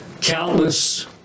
countless